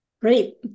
Great